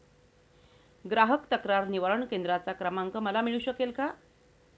ग्राहक तक्रार निवारण केंद्राचा क्रमांक मला मिळू शकेल का?